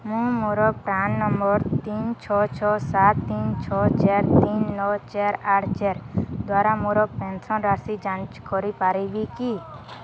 ମୁଁ ମୋର PRAN number ତିନି ଛଅ ଛଅ ସାତ ତିନି ଛଅ ଚାରି ତିନି ନଅ ଚାରି ଆଠ ସାତ ଦ୍ଵାରା ମୋର ପେନ୍ସନ୍ ରାଶି ଯାଞ୍ଚ୍ କରିପାରିବି କି